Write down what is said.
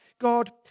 God